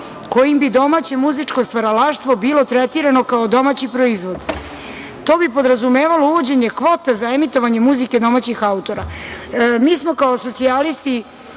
kojim bi domaće muzičko stvaralaštvo bilo tretirano kao domaći proizvod. To bi podrazumevalo uvođenje kvota za emitovanje muzike domaćih autora. Mi smo kao socijalisti